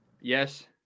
yes